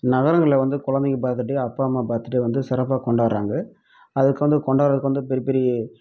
நகரங்களில் வந்து குழந்தைங்க பர்த் டே அப்பா அம்மா பர்த் டே வந்து சிறப்பாக கொண்டாடுகிறாங்க அதுக்கு வந்து கொண்டாடுகிறதுக்கு வந்து பெர் பெரி